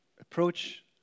approach